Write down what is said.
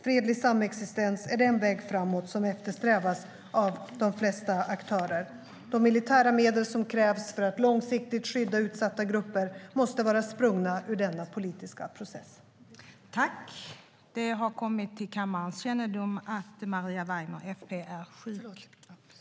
Fredlig samexistens är den väg framåt som eftersträvas av de flesta aktörer.De militära medel som krävs för att långsiktigt skydda utsatta grupper måste vara sprungna ur denna politiska process.